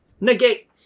negate